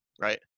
right